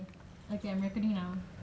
okay I'm recording now